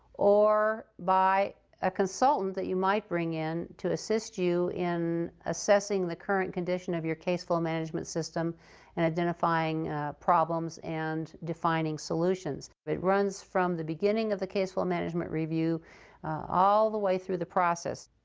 or by a consultant that you might bring in to assist you in assessing the current condition of your caseflow management system and identifying problems and defining solutions. it runs from the beginning of the caseflow management review all the way through the process.